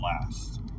last